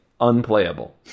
unplayable